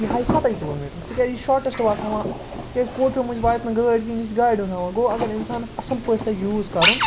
یہِ ہایہِ سَتٕے کِلوٗمیٖٹَر تِکیٛازِ یہِ چھِ شاٹیشٹ وَتھ ہاوان تِکیٛازِ کوچَو منٛز واتہِ نہٕ گٲڑۍ کِہیٖنۍ یہِ چھِ گارِ ۂنٛز ہاوان گوٚو اَگر اِنسانَس اَصٕل پٲٹھۍ تَگہِ یوٗز کَرُن